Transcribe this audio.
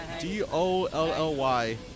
d-o-l-l-y